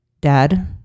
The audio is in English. Dad